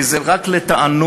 כי זה רק לתענוג.